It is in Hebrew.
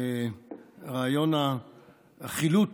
רעיון החילוט